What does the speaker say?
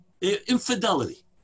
infidelity